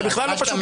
זה בכלל לא פשוט.